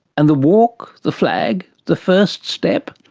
and the walk, the flag, the first step?